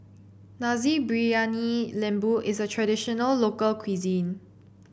Nasi Briyani Lembu is a traditional local cuisine